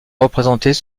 représentés